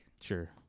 Sure